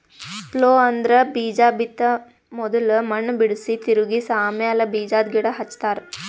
plough ಅಂದ್ರ ಬೀಜಾ ಬಿತ್ತ ಮೊದುಲ್ ಮಣ್ಣ್ ಬಿಡುಸಿ, ತಿರುಗಿಸ ಆಮ್ಯಾಲ ಬೀಜಾದ್ ಗಿಡ ಹಚ್ತಾರ